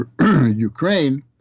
Ukraine